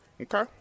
Okay